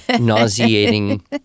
nauseating